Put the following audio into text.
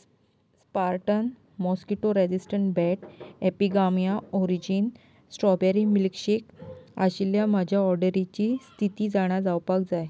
Spartan mosquito resistant bat Epigamia origins strawberry milkshake आशिल्ल्या म्हज्या ऑर्डरीची स्थिती जाणा जावपाक जाय